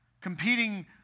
competing